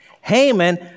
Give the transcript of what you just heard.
Haman